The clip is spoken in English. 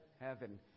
heaven